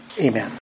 Amen